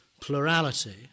plurality